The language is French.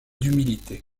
d’humilité